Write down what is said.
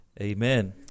Amen